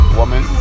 woman